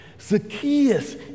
Zacchaeus